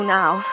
now